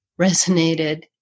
resonated